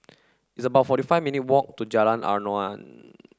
it's about forty five minutes' walk to Jalan Aruan